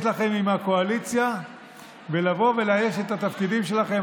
לכם עם הקואליציה ולבוא ולאייש את התפקידים שלכם.